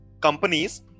companies